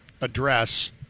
address